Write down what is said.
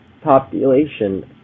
population